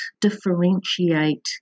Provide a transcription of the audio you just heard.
differentiate